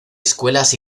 escuelas